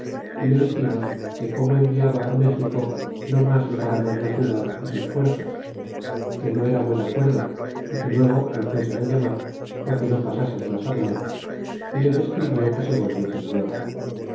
y le diximos que como enviaba méxico no mas de para ver la ciudad y sus fuerzas que no era buen acuerdo y que luego los fuesen llamar que no pasasen mas adelante y les escribió que se volviesen luego